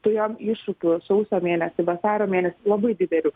turėjom iššūkių sausio mėnesį vasario mėnesį labai didelių